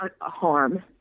harm